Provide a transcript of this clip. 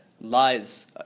lies